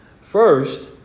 First